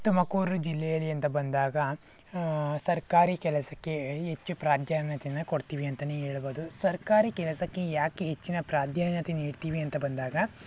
ತುಮಕೂರು ಜಿಲ್ಲೆಯಲ್ಲಿ ಅಂತ ಬಂದಾಗ ಸರ್ಕಾರಿ ಕೆಲಸಕ್ಕೆ ಹೆಚ್ಚು ಪ್ರಾಧಾನ್ಯತೆಯನ್ನ ಕೊಡ್ತೀವಿ ಅಂತಾನೆ ಹೇಳ್ಬೋದು ಸರ್ಕಾರಿ ಕೆಲಸಕ್ಕೆ ಯಾಕೆ ಹೆಚ್ಚಿನ ಪ್ರಾಧಾನ್ಯತೆ ನೀಡ್ತೀವಿ ಅಂತ ಬಂದಾಗ